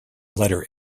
letter